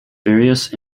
various